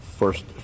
First